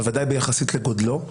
בוודאי ביחסית לגודלו,